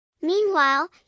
Meanwhile